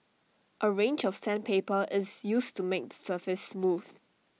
A range of sandpaper is used to make the surface smooth